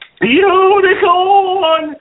unicorn